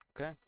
Okay